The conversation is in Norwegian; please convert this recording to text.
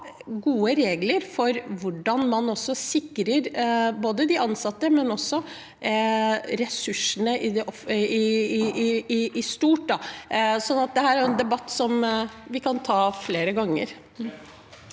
gode regler for hvordan man sikrer de ansatte, men også ressursene i stort. Dette er en debatt vi kan ta flere ganger.